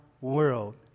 world